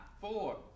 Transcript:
four